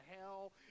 hell